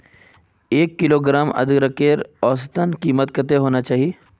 एक किलोग्राम अदरकेर औसतन कीमत कतेक होना चही?